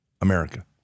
America